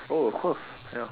oh of course